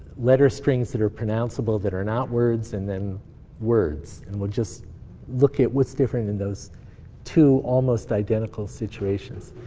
letter strings that are pronounceable that are not words, and then words. and we'll just look at what's different in those two almost identical situations.